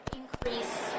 increase